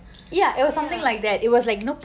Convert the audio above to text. ya